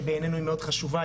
שבעיננו היא מאוד חשובה,